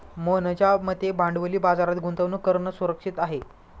मोहनच्या मते भांडवली बाजारात गुंतवणूक करणं सुरक्षित आहे